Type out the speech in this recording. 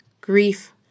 grief